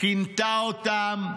כינתה אותם: